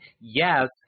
Yes